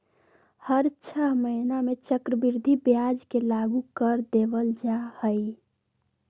हर छ महीना में चक्रवृद्धि ब्याज के लागू कर देवल जा हई